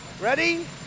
Ready